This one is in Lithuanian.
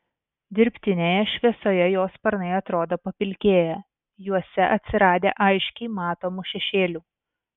dirbtinėje šviesoje jo sparnai atrodo papilkėję juose atsiradę aiškiai matomų šešėlių